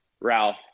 Ralph